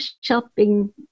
shopping